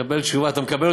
לקבל תשובה?